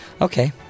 Okay